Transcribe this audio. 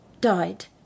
died